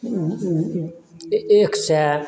एक सए